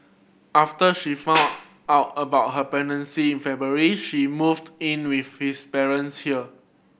after she found out about her pregnancy in February she moved in with his parents here